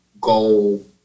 goal